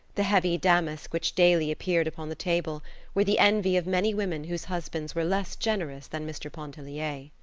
the heavy damask which daily appeared upon the table were the envy of many women whose husbands were less generous than mr. pontellier.